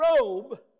robe